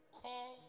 call